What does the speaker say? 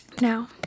Now